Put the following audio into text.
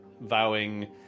vowing